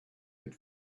had